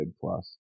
plus